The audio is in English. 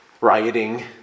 rioting